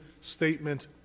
statement